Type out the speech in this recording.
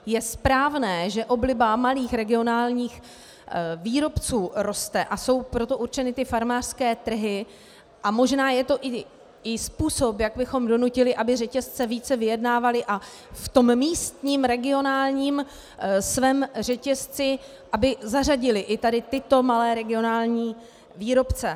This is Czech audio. Je správné, že obliba malých regionálních výrobců roste, a jsou pro to určeny ty farmářské trhy, a možná je to i způsob, jak bychom donutili, aby řetězce více vyjednávaly a v tom místním regionálním svém řetězci aby zařadily i tady tyto malé regionální výrobce.